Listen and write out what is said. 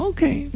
Okay